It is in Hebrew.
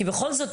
כי בכל זאת,